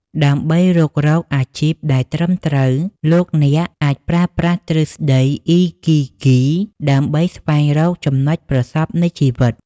ដើម្បីរុករកអាជីពដែលត្រឹមត្រូវ លោកអ្នកអាចប្រើប្រាស់ទ្រឹស្តី អ៊ីគីហ្គី Ikigai ដើម្បីស្វែងរកចំណុចប្រសព្វនៃជីវិត។